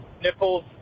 nipples